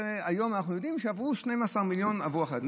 היום אנחנו יודעים שעברו 12 מיליון עבור החתולים.